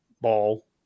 ball